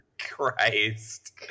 Christ